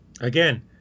Again